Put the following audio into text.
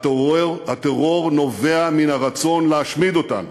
הטרור נובע מן הרצון להשמיד אותנו.